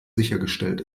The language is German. sichergestellt